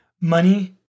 money